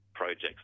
projects